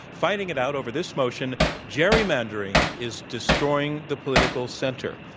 fighting it out over this motion gerrymandering is destroying the political center.